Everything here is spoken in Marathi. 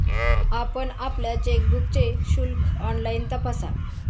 आपण आपल्या चेकबुकचे शुल्क ऑनलाइन तपासा